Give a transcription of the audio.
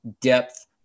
depth